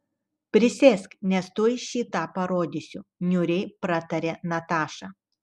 prisėsk nes tuoj šį tą parodysiu niūriai pratarė nataša